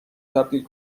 تبدیل